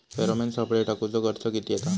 Pheromone सापळे टाकूचो खर्च किती हा?